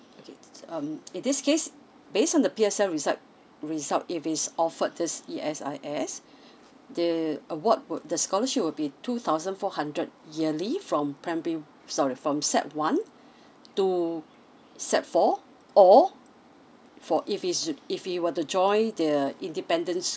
okay um in this case based on the P_S_L_E result result if he's offered this E_S_I_S the award wo~ the scholarship would be two thousand four hundred yearly from prim~ sorry from sec one to sec four or for if he's if he were to join the independent sch~